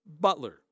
Butler